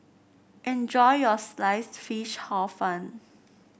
enjoy your Sliced Fish Hor Fun